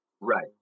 Right